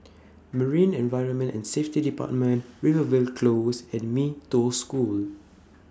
Marine Environment and Safety department Rivervale Close and Mee Toh School